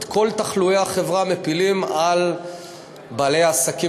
את כל תחלואי החברה מפילים על בעלי עסקים